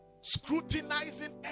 scrutinizing